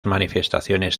manifestaciones